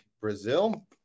brazil